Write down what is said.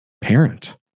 parent